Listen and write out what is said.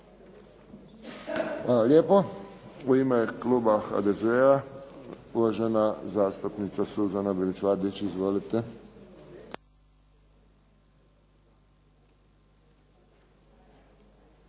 Hvala lijepo. U ime kluba HDZ-a uvažena zastupnica Suzana Bilić Vardić. Izvolite. **Bilić